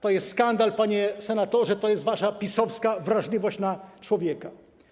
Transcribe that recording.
To jest skandal, panie senatorze, to jest wasza PiS-owska wrażliwość na człowieka.